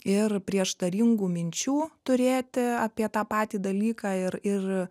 ir prieštaringų minčių turėti apie tą patį dalyką ir ir